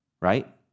Right